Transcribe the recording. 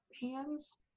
hands